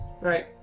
Right